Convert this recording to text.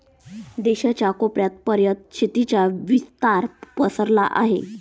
देशाच्या कोपऱ्या पर्यंत शेतीचा विस्तार पसरला आहे